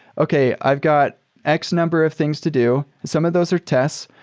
okay. i've got x-number of things to do. some of those are tests,